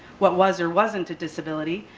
what was or wasn't a disability,